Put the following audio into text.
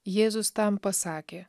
jėzus tam pasakė